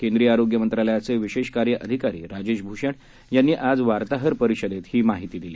केंद्रीय आरोग्य मंत्रालयाचे विशेष कार्य अधिकारी राजेश भूषण यांनी आज वार्ताहर परिषदेत ही माहिती दिली